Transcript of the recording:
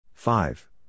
Five